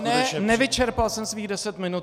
Ne, nevyčerpal jsem svých deset minut.